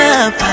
up